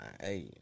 hey